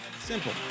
Simple